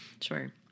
Sure